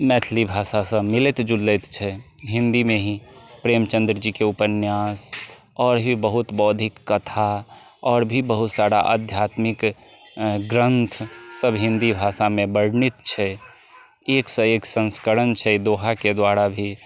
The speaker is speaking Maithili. मैथिली भाषा सऽ मिलैत जुलैत छै हिन्दी मे ही प्रेमचन्द्र जी के उपन्यास आओर भी बहुत बौद्धिक कथा आओर भी बहुत सारा आध्यात्मिक ग्रन्थ सब हिन्दी भाषा मे वर्णित छै एक सऽ एक संस्करण छै दोहा के द्वारा भी